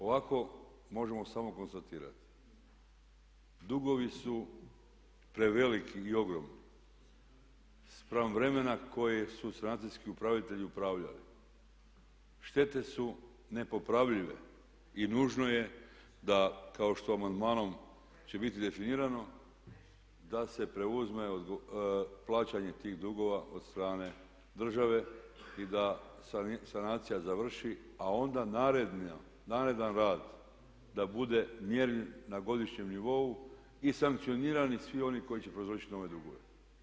Ovako možemo samo konstatirati, dugovi su preveliki i ogromni spram vremena kojeg su sanacijski upravitelji upravljali, štete su nepopravljive i nužno je da kao što amandmanom će biti definirano da se preuzme plaćanje tih dugova od strane države i da sanacija završi a onda naredan rad da bude mjerljiv na godišnjem nivou i sankcionirani svi oni koji će prouzročiti nove dugove.